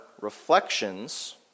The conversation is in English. reflections